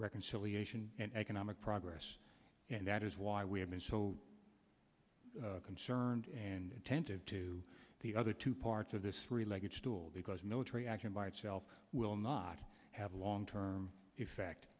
reconciliation and economic progress and that is why we have been so concerned and attentive to the other two parts of this three legged stool because military action by itself will not have a long term effect